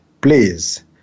please